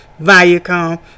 Viacom